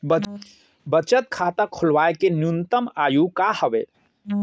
बचत खाता खोलवाय के न्यूनतम आयु का हवे?